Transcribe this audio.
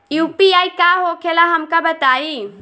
UPI का होखेला हमका बताई?